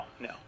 no